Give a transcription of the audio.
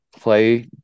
play